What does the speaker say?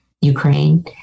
Ukraine